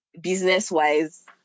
business-wise